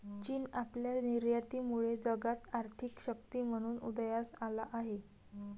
चीन आपल्या निर्यातीमुळे जगात आर्थिक शक्ती म्हणून उदयास आला आहे